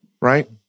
Right